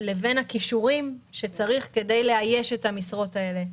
לבין הכישורים שצריך כדי לאייש את המשרות האלה.